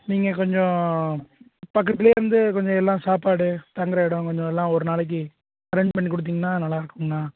நீங்கள் கொஞ்சம் பக்கத்துலேயே இருந்து கொஞ்சம் எல்லாம் சாப்பாடு தங்கிற இடம் கொஞ்சம் எல்லாம் ஒரு நாளைக்கு அரேஞ்ச் பண்ணி கொடுத்தீங்னா நல்லாயிருக்குங்ண்ணா